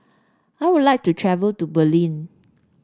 I would like to travel to Berlin